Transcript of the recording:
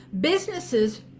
businesses